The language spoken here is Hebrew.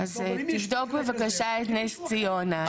אז תבדוק בבקשה את נס ציונה.